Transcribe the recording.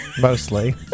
Mostly